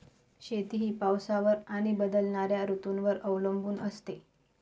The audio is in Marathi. शेती ही पावसावर आणि बदलणाऱ्या ऋतूंवर अवलंबून असते